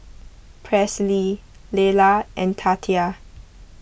Presley Lelar and Tatia